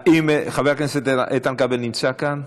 האם חבר הכנסת איתן כבל נמצא כאן?